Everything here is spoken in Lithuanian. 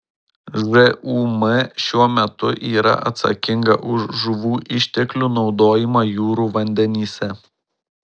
žūm šiuo metu yra atsakinga už žuvų išteklių naudojimą jūrų vandenyse